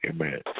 Amen